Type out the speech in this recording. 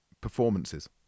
performances